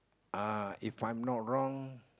uh if I'm not wrong